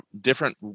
different